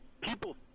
people